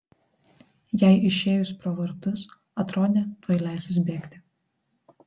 jai išėjus pro vartus atrodė tuoj leisis bėgti